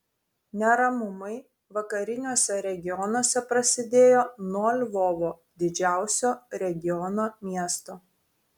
neramumai vakariniuose regionuose prasidėjo nuo lvovo didžiausio regiono miesto